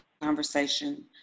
conversation